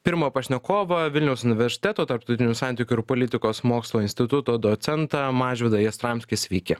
pirmą pašnekovą vilniaus universiteto tarptautinių santykių ir politikos mokslų instituto docentą mažvydą jastramskį sveiki